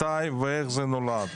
מתי ואיך זה נולד.